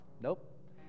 nope